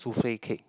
souffle cake